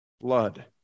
blood